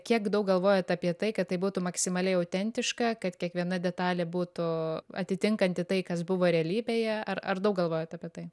kiek daug galvojot apie tai kad tai būtų maksimaliai autentiška kad kiekviena detalė būtų atitinkanti tai kas buvo realybėje ar ar daug galvojot apie tai